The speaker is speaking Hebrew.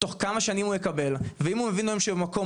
תוך כמה שנים הוא יקבל ואם הוא מבין היום שמקום